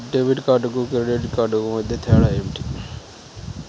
Debit కార్డుకి credit కార్డుకి తేడా?